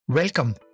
Welcome